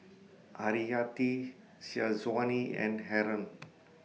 Haryati Syazwani and Haron